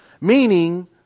Meaning